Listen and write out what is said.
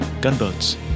Gunboats